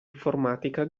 informatica